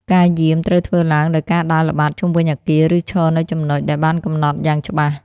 ការយាមត្រូវធ្វើឡើងដោយការដើរល្បាតជុំវិញអគារ ឬឈរនៅចំណុចដែលបានកំណត់យ៉ាងច្បាស់។